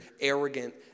arrogant